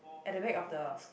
at the back of the